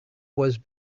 was